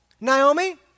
Naomi